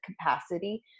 capacity